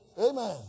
Amen